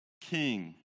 King